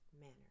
manner